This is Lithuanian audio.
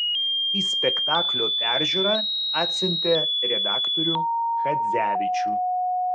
į spektaklio peržiūrą atsiuntė redaktorių chadzevičių